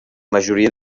majoria